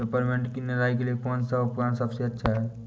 Peppermint की निराई के लिए कौन सा उपकरण सबसे अच्छा है?